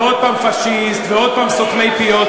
יכולים לצעוק עוד הפעם גזען ועוד הפעם פאשיסט ועוד הפעם סותמי פיות.